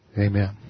Amen